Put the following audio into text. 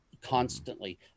constantly